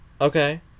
Okay